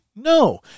No